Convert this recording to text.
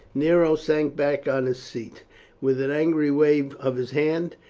nero sank back on his seat with an angry wave of his hand.